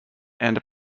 and